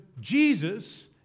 Jesus